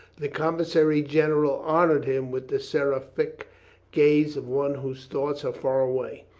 the commissary general honored him with the seraphic gaze of one whose thoughts are far away.